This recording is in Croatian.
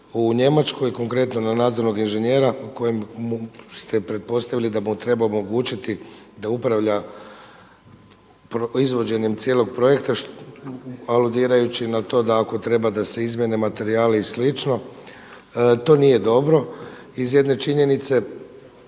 u Njemačkoj konkretno na nadzornog inženjera o kojem ste pretpostavili da mu treba omogućiti da upravlja izvođenjem cijelog projekta, aludirajući na to da ako treba da se izmjene materijali i slično. To nije dobro iz jedne činjenice,